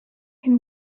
can